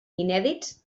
inèdits